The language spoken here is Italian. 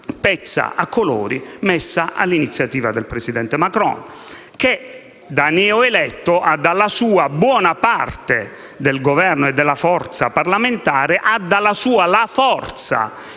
pezza a colori messa all'iniziativa del presidente Macron, che, da neoeletto, ha dalla sua buona parte del Governo e della forza parlamentare, ha dalla sua la forza